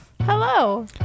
Hello